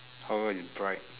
how is bright